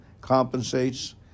compensates